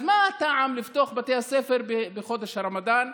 אז מה הטעם לפתוח את בתי הספר בחודש הרמדאן,